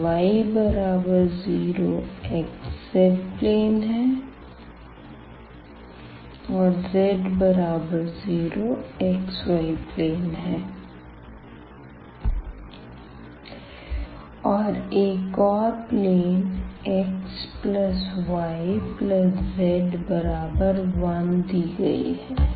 यह y0 xz plane है और z0 xy प्लेन है और एक और प्लेन xyz1दी गई है